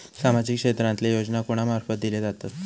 सामाजिक क्षेत्रांतले योजना कोणा मार्फत दिले जातत?